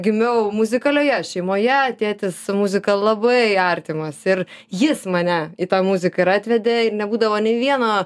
gimiau muzikalioje šeimoje tėtis muzika labai artimas ir jis mane į tą muziką ir atvedė ir nebūdavo nei vieno